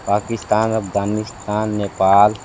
Pakistan Afghanistan Nepal